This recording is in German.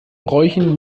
bräuchen